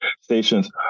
stations